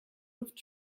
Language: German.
luft